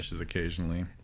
occasionally